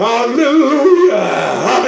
Hallelujah